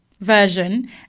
version